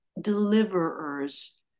deliverers